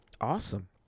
Awesome